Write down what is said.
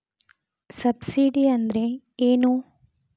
Subsidy ಅಂದ್ರೆ ಏನು?